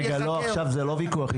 עכשיו זה לא ויכוח.